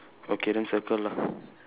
okay then circle lah